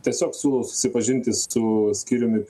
tiesiog siūlau susipažinti su skyriumi